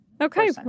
Okay